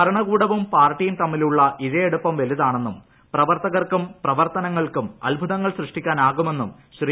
ഭരണകൂടവും പാർട്ടിയും തമ്മിലുള്ള ഇഴയടുപ്പം വലുതാണെന്നും പ്രവർത്തകർക്കും പ്രവർത്തനങ്ങൾക്കും അത്ഭുതങ്ങൾ സൃഷ്ടിക്കാവുമെന്നും ശ്രീ